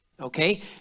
Okay